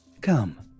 Come